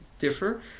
differ